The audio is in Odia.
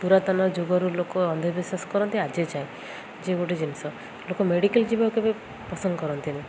ପୁରାତନ ଯୁଗରୁ ଲୋକ ଅନ୍ଧବିଶ୍ୱାସ କରନ୍ତି ଆଜି ଯାଏ ଯେ ଗୋଟେ ଜିନିଷ ଲୋକ ମେଡ଼ିକାଲ୍ ଯିବାକୁ ବି ପସନ୍ଦ କରନ୍ତିନି